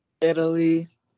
Italy